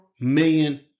million